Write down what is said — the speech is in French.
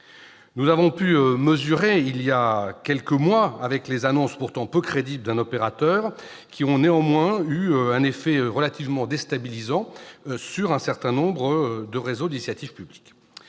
Nous avons pu mesurer cette nécessité voilà quelques mois avec les annonces pourtant peu crédibles d'un opérateur, qui ont néanmoins eu un effet relativement déstabilisant sur un certain nombre de réseaux d'initiative publique.